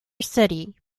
city